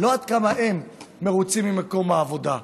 לא עד כמה הם מרוצים ממקום העבודה,